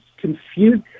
confused